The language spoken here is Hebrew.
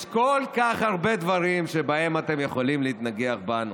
יש כל כך הרבה דברים שבהם אתם יכולים להתנגח בנו,